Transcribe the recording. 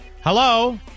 Hello